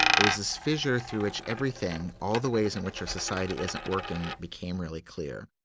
it was this fissure through which everything, all the ways in which our society isn't working became really clear